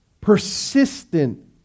persistent